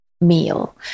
meal